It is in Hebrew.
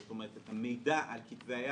זאת אומרת את המידע על כתבי היד,